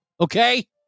Okay